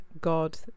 God